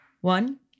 One